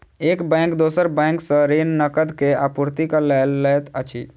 एक बैंक दोसर बैंक सॅ ऋण, नकद के आपूर्तिक लेल लैत अछि